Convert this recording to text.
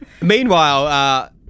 Meanwhile